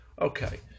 Okay